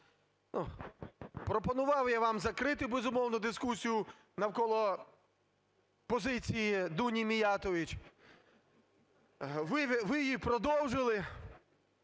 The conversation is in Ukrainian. Пропонував я вам закрити, безумовно, дискусію навколо позиції Дуні Міятович. Ви її продовжили.